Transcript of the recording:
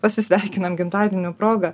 pasisveikinam gimtadienio proga